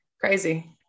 crazy